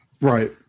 Right